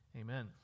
amen